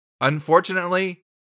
Unfortunately